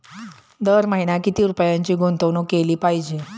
दर महिना किती रुपयांची गुंतवणूक केली पाहिजे?